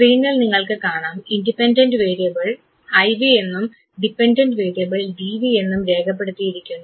സ്ക്രീനിൽ നിങ്ങൾക്ക് കാണാം ഇൻഡിപെൻഡൻറ് വേരിയബിൾ ഐ വി എന്നും ഡിപെൻഡൻറ് വേരിയബിൾ ഡി വി എന്നും രേഖപ്പെടുത്തിയിരിക്കുന്നു